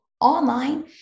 online